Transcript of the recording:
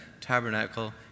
tabernacle